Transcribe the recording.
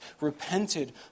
repented